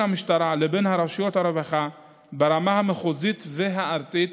המשטרה לבין רשויות הרווחה ברמה המחוזית והארצית